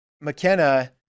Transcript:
McKenna